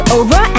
over